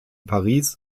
paris